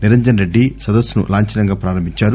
నిరంజన్రెడ్డి సదస్సును లాంఛనంగా ప్రారంభించారు